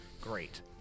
Great